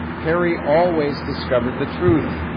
perry always discovered the truth,